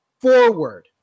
forward